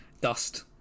Dust